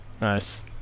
Nice